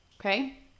Okay